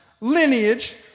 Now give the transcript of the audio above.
lineage